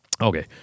Okay